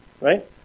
Right